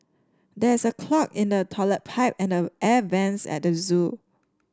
there is a clog in the toilet pipe and the air vents at the zoo